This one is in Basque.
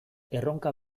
erronka